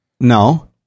no